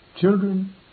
Children